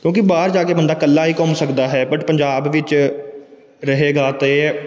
ਕਿਉਂਕਿ ਬਾਹਰ ਜਾ ਕੇ ਬੰਦਾ ਇਕੱਲਾ ਹੀ ਘੁੰਮ ਸਕਦਾ ਹੈ ਬਟ ਪੰਜਾਬ ਵਿੱਚ ਰਹੇਗਾ ਤਾਂ ਇਹ